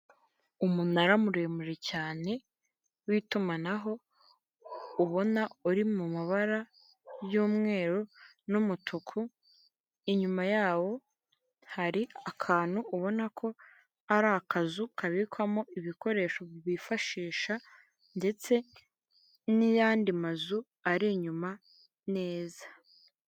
Umunara muremure cyane w itumanaho ubona uri mu mabara yumweru n' umutuku, inyuma yawo hari akantu ubona ko ari akazu kabikwamo ibikoresho bifashisha ndetse n'iyandi mazu ari inyuma neza.